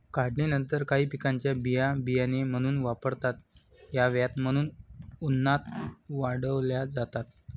काढणीनंतर काही पिकांच्या बिया बियाणे म्हणून वापरता याव्यात म्हणून उन्हात वाळवल्या जातात